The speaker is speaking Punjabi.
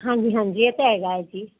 ਹਾਂਜੀ ਹਾਂਜੀ ਇਹ ਤਾਂ ਹੈਗਾ ਹੈ ਜੀ